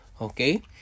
okay